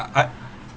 I